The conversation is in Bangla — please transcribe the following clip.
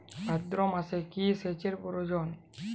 ভাদ্রমাসে কি সেচ প্রয়োজন?